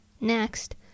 Next